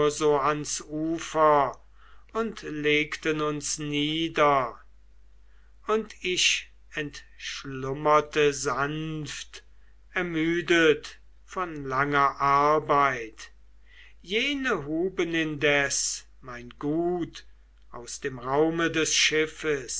so ans ufer und legten uns nieder und ich entschlummerte sanft ermüdet von langer arbeit jene huben indes mein gut aus dem raume des schiffes